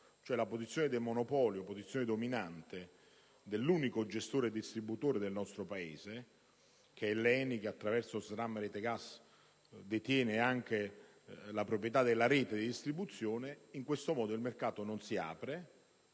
la posizione di monopolio, la posizione dominante dell'unico gestore distributore del nostro Paese, cioè l'ENI che, attraverso Snam Rete Gas, detiene anche la proprietà della rete di distribuzione, il mercato non si apre,